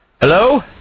Hello